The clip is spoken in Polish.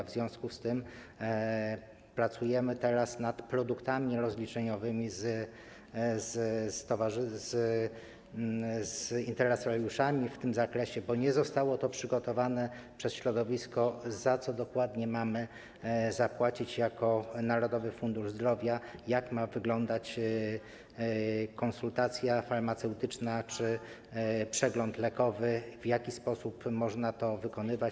W związku z tym pracujemy teraz nad produktami nierozliczeniowymi z interesariuszami w tym zakresie, bo nie zostało przygotowane przez środowisko to, za co dokładnie mamy zapłacić jako Narodowy Fundusz Zdrowia, jak ma wyglądać konsultacja farmaceutyczna czy przegląd lekowy, w jaki sposób można to wykonywać.